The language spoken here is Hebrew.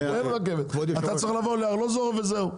אתה צריך לבוא לארלוזורוב וזהו.